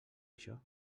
això